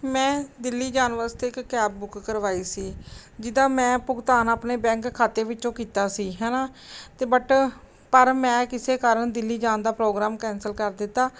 ਮੈਂ ਦਿੱਲੀ ਜਾਣ ਵਾਸਤੇ ਇੱਕ ਕੈਬ ਬੁੱਕ ਕਰਵਾਈ ਸੀ ਜਿਸ ਦਾ ਮੈਂ ਭੁਗਤਾਨ ਆਪਣੇ ਬੈਂਕ ਖਾਤੇ ਵਿੱਚੋਂ ਕੀਤਾ ਸੀ ਹੈ ਨਾ ਅਤੇ ਬਟ ਪਰ ਮੈਂ ਕਿਸੇ ਕਾਰਨ ਦਿੱਲੀ ਜਾਣ ਦਾ ਪ੍ਰੋਗਰਾਮ ਕੈਂਸਲ ਕਰ ਦਿੱਤਾ